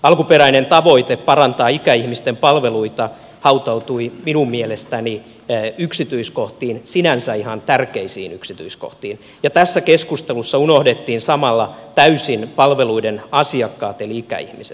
alkuperäinen tavoite parantaa ikäihmisten palveluita hautautui minun mielestäni yksityiskohtiin sinänsä ihan tärkeisiin yksityiskohtiin ja tässä keskustelussa unohdettiin samalla täysin palveluiden asiakkaat eli ikäihmiset